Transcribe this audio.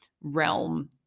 realm